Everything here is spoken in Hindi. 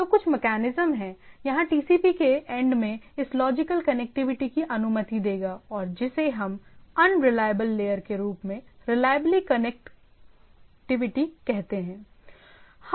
तो कुछ मेकैनिज्म है यहां TCP के एंड में इस लॉजिकल कनेक्टिविटी की अनुमति देगा और जिसे हम अनरिलायबल लेयर के ऊपर रिलायबल कनेक्टिविटी कहते हैं